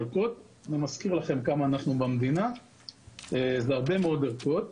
אני מזכיר לכם כמה אנחנו במדינה - 80 מיליון ערכות אלה הרבה מאוד ערכות.